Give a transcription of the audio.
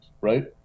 Right